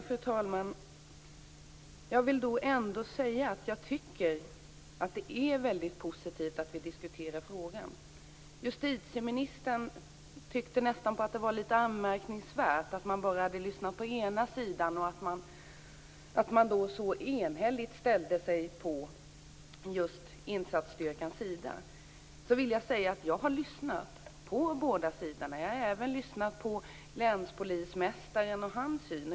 Fru talman! Jag tycker att det är väldigt positivt att vi diskuterar den här frågan. Justitieministern underströk att det är lite anmärkningsvärt att man bara har lyssnat på den ena sidan och så ensidigt ställer sig på insatsstyrkans sida. Jag har lyssnat på båda sidorna. Jag har även tagit del av länspolismästarens syn på saken.